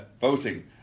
voting